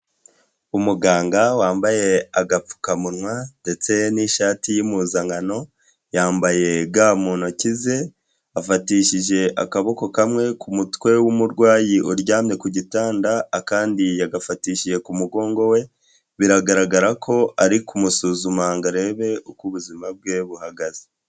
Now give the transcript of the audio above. Umuganga wambaye agapfukamunwa ndetse n'ishati y'impuzankano, yambaye ga mu ntoki ze, afatishije akaboko kamwe ku mutwe w'umurwayi uryamye ku gitanda akandi yagafatishije ku mugongo we, biragaragara ko ari kumusuzuma ngo arebe uko ubuzima bwe buhagaze.